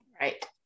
Right